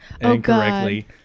incorrectly